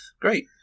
Great